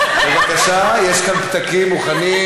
בבקשה, יש כאן פתקים מוכנים.